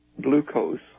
glucose